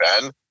Ben